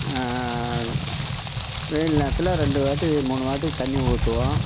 வெயில் நேரத்தில் ரெண்டு வாட்டி மூணு வாட்டி தண்ணி ஊற்றுவோம்